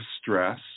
stress